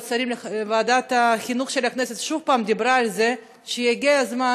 והיום ועדת החינוך של הכנסת שוב דיברה על זה שהגיע הזמן